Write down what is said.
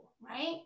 right